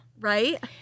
Right